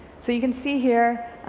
so you can see here